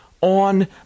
on